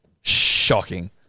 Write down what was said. Shocking